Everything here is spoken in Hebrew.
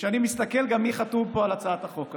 שכשאני מסתכל גם מי חתום פה על הצעת החוק הזו,